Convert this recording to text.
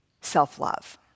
self-love